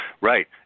Right